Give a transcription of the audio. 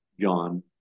John